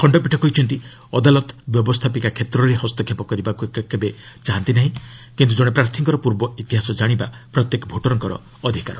ଖଣ୍ଡପୀଠ କହିଛନ୍ତି ଅଦାଲତ ବ୍ୟବସ୍ଥାପିକା କ୍ଷେତ୍ରରେ ହସ୍ତକ୍ଷେପ କରିବାକୁ କେବେ ଚାହାନ୍ତି ନାହିଁ କିନ୍ତୁ କଣେ ପ୍ରାର୍ଥୀଙ୍କର ପୂର୍ବ ଇତିହାସ ଜାଶିବା ପ୍ରତ୍ୟେକ ଭୋଟର୍ଙ୍କ ଅଧିକାର